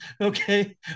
okay